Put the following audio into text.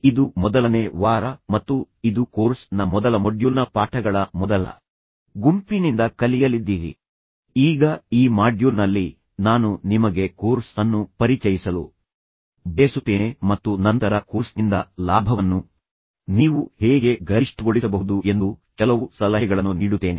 ಇದು ಮೊದಲನೇ ವಾರ ಮತ್ತು ಇದು ಕೋರ್ಸ್ ನ ಮೊದಲ ಮೊಡ್ಯೂಲ್ನ ಪಾಠಗಳ ಮೊದಲ ಗುಂಪಿನಿಂದ ಕಲಿಯಲಿದ್ದೀರಿ ಈಗ ಈ ಮಾಡ್ಯೂಲ್ನಲ್ಲಿ ನಾನು ನಿಮಗೆ ಕೋರ್ಸ್ ಅನ್ನು ಪರಿಚಯಿಸಲು ಬಯಸುತ್ತೇನೆ ಮತ್ತು ನಂತರ ಕೋರ್ಸ್ನಿಂದ ಲಾಭವನ್ನು ನೀವು ಹೇಗೆ ಗರಿಷ್ಠಗೊಳಿಸಬಹುದು ಎಂದು ಕೆಲವು ಸಲಹೆಗಳನ್ನು ನೀಡುತ್ತೇನೆ